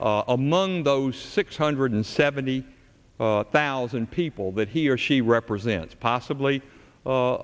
among those six hundred seventy thousand people that he or she represents possibly